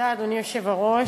אדוני היושב-ראש,